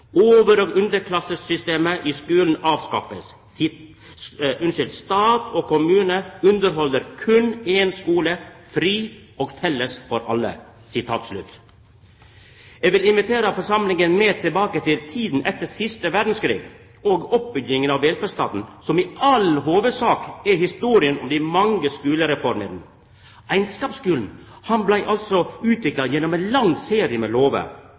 i 1892: Over- og underklassesystemet skal avskaffast, stat og kommune syter for éin skule, fri og felles for alle. Eg vil invitera forsamlinga med tilbake til tida etter den siste verdskrigen og oppbygginga av velferdsstaten, som i all hovudsak er historia om dei mange skulereformene. Einskapsskulen vart altså utvikla gjennom ein lang serie med